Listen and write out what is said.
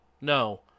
no